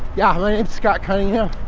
yeah. my name's scott cunningham.